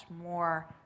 more